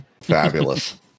Fabulous